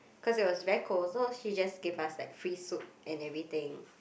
cause it was very cold so she just gave us like free soup and everything